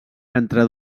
entre